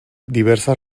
diversas